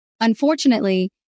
Unfortunately